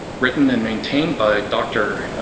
written and maintained by dr.